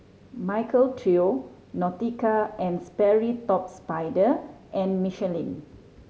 Michael Trio Nautica and Sperry Top Sider and Michelin